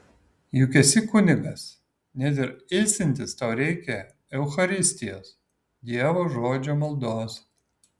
juk esi kunigas net ir ilsintis tau reikia eucharistijos dievo žodžio maldos